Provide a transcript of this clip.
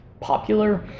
popular